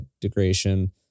degradation